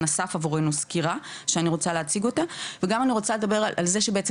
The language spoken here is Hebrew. אסף עבורנו סקירה שאני רוצה להציג אותה וגם אני רוצה לדבר על זה שבעצם,